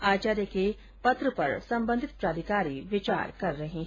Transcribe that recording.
आचार्य के पत्र पर संबंधित प्राधिकारी विचार कर रहे है